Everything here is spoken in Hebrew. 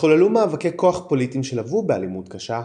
התחוללו מאבקי כוח פוליטיים שלוו באלימות קשה,